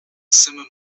simum